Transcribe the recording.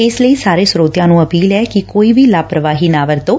ਇਸ ਲਈ ਸਾਰੇ ਸਰੋਤਿਆਂ ਨੂੰ ਅਪੀਲ ਐ ਕਿ ਕੋਈ ਵੀ ਲਾਪਰਵਾਹੀ ਨਾ ਵਰਤੋ